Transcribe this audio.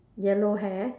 yellow hair